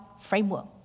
framework